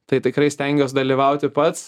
tai tikrai stengiuos dalyvauti pats